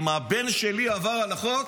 אם הבן שלי עבר על החוק,